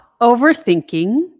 overthinking